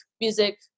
music